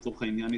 לצורך העניין,